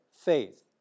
faith